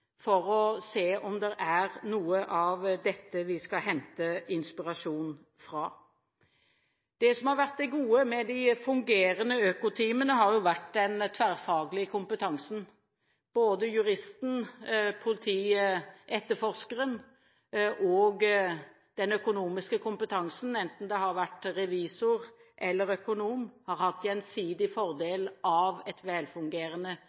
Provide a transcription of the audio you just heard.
for å se om det er noe i denne vi skal hente inspirasjon fra. Det som har vært det gode med de fungerende økoteamene, har vært den tverrfaglige kompetansen. Juristen, politietterforskeren og den økonomiske kompetansen, enten det har vært revisor eller økonom, har hatt gjensidig fordel av et velfungerende